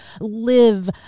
live